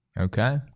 okay